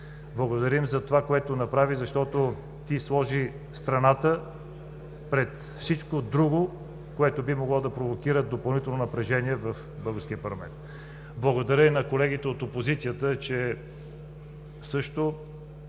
Благодарим за това, което направи, защото ти сложи страната пред всичко друго, което би могло да провокира допълнително напрежение в българския парламент! Благодаря и на колегите от опозицията, че също